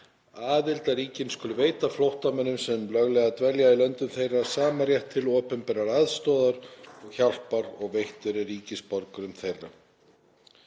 „Aðildarríki skulu veita flóttamönnum, sem löglega dvelja í löndum þeirra, sama rétt til opinberrar aðstoðar og hjálpar og veittur er ríkisborgurum þeirra.“